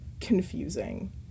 confusing